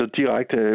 direkte